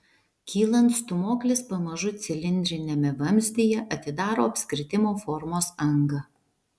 kylant stūmoklis pamažu cilindriniame vamzdyje atidaro apskritimo formos angą